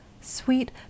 Sweet